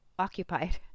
occupied